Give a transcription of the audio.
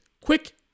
quick